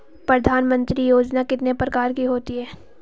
प्रधानमंत्री योजना कितने प्रकार की होती है?